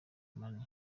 money